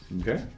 Okay